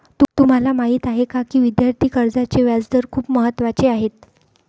तुम्हाला माहीत आहे का की विद्यार्थी कर्जाचे व्याजदर खूप महत्त्वाचे आहेत?